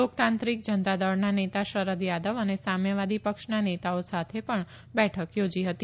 લોકતાંત્રિક જનતાદળના નેતા શરદ યાદવ અને સામ્યવાદી પક્ષના નેતાઓ સાથે પણ બેઠક યોજી હતી